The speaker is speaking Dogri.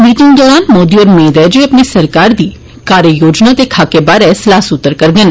मीटिंग दौरान मोदी होर मेद ऐ जे अपनी सरकार दी कार्जयोजना दे खाके बारै सलाह सूत्र करगंन